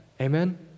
Amen